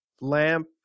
lamp